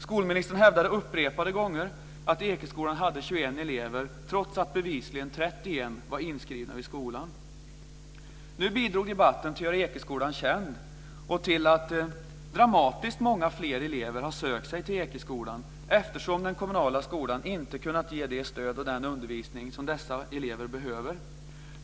Skolministern hävdade upprepade gånger att Ekeskolan hade Nu bidrog debatten till att göra Ekeskolan känd och till att dramatiskt många fler elever har sökt sig till Ekeskolan, eftersom den kommunala skolan inte kunnat ge det stöd och den undervisning som dessa elever behöver.